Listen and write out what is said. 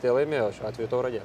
tie laimėjo šiuo atveju tauragė